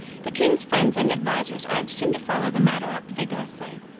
the king's friends and advisers urged him to follow the matter up vigorously.